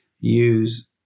use